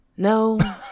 No